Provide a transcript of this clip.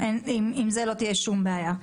עם זה לא תהיה כל בעיה.